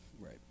right